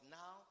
now